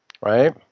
Right